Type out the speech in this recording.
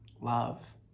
love